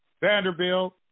Vanderbilt